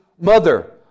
mother